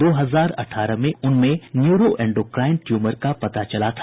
दो हजार अठारह में उनमें न्यूरोएंडोक्राइन ट्र्मर का पता चला था